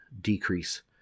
decrease